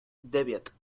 девять